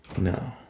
no